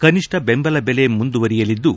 ಕನಿಷ್ಷ ಬೆಂಬಲ ದೆಲೆ ಮುಂದುವರೆಯಲಿದ್ದು